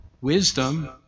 wisdom